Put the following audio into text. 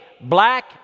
black